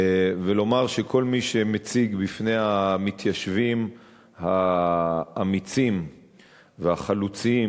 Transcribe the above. ולומר שכל מי שמציג בפני המתיישבים האמיצים והחלוציים